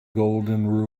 golden